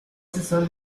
asesor